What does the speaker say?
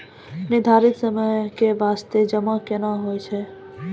निर्धारित समय के बास्ते जमा केना होय छै?